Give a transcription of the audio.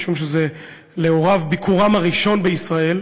משום שלהוריו זה ביקורם הראשון בישראל.